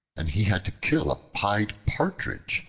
and he had to kill a pied partridge,